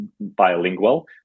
bilingual